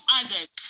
others